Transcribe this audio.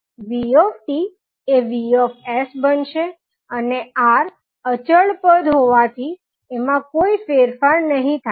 તો vt એ Vs બનશે અને R અચળ પદ હોવાથી એમાં કોઇ ફેરફાર નહીં થાય